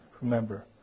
remember